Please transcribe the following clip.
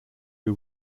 who